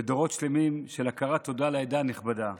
ודורות שלמים של הכרת תודה לעדה הנכבדה.